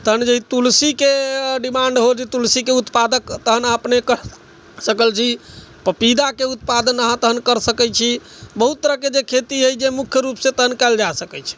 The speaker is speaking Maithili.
तखन जे तुलसीके डिमाण्ड होइ छै तुलसीके उत्पादन अपनेके करि सकै छी पपीताके उत्पादन अहाँ तखन करि सकै छी बहुत तरहके जे खेती अछि तखन मुख्य रुपसँ कयल जा सकै छै